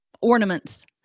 ornaments